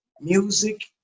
music